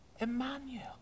Emmanuel